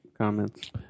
comments